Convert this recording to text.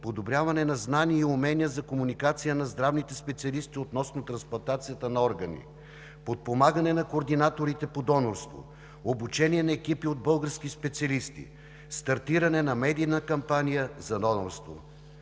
подобряване на знания и умения за комуникация на здравните специалисти относно трансплантацията на органи; подпомагане на координаторите по донорство; обучение на екипи от български специалисти; стартиране на медийна кампания за донорство.